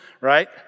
right